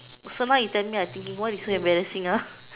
from what you tell me I thinking what so embarrassing ah